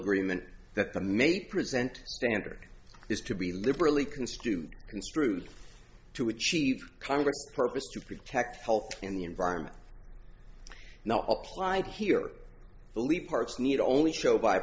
agreement that the may present standard is to be liberally construed construed to achieve congress purpose to protect health and the environment not applied here believe parks need only show by